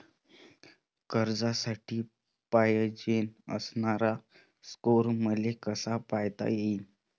कर्जासाठी पायजेन असणारा स्कोर मले कसा पायता येईन?